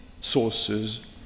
sources